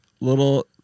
little